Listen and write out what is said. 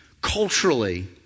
culturally